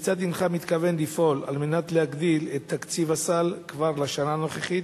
כיצד הינך מתכוון לפעול על מנת להגדיל את תקציב הסל כבר לשנה הנוכחית